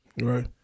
Right